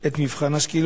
את מבחן השקילות,